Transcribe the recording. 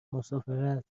مسافرت